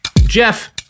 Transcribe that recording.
Jeff